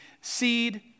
seed